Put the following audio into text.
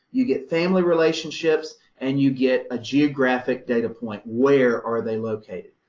you get family relationships and you get a geographic data point, where are they located,